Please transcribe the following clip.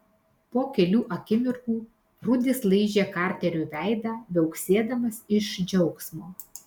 po kelių akimirkų rudis laižė karteriui veidą viauksėdamas iš džiaugsmo